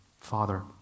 Father